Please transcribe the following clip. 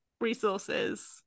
resources